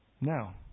Now